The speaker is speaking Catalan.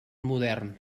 modern